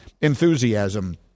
enthusiasm